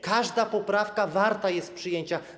Każda poprawka warta jest przyjęcia.